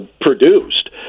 produced